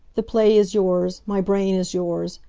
the play is yours, my brain is yours,